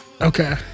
Okay